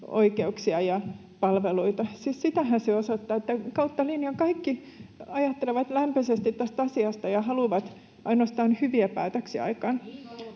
oikeuksia ja palveluita. Sitähän osoittaa se, että kautta linjan kaikki ajattelevat lämpöisesti tästä asiasta ja haluavat ainoastaan hyviä päätöksiä aikaan.